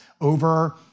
over